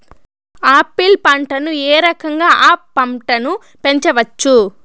Apple పంటను ఏ రకంగా అ పంట ను పెంచవచ్చు?